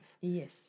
Yes